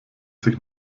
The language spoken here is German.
sich